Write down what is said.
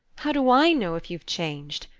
how do i know if you've changed?